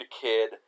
kid